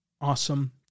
awesome